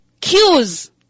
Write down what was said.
cues